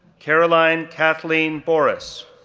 caroline kathleen boras,